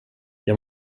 jag